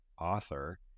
author